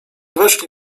weszli